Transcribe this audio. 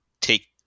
take